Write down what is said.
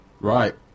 Right